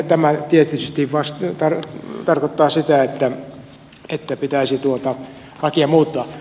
tämä tietysti tarkoittaa sitä että pitäisi lakia muuttaa